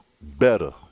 better